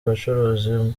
bacuruzi